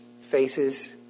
faces